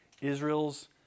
Israel's